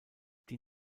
die